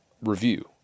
review